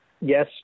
yes